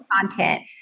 content